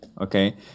okay